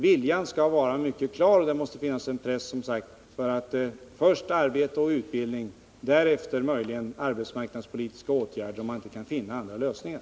Viljan skall vara mycket klar, och det måste som sagt finnas en press — först arbete och utbildning, därefter möjligen arbetsmarknadspolitiska åtgärder, om man inte kan finna andra lösningar.